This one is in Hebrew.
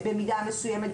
במידה מסוימת,